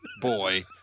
boy